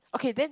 okay then